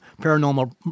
paranormal